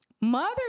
mother